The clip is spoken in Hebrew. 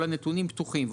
כל הנתונים פתוחים.